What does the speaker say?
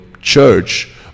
church